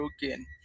broken